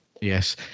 Yes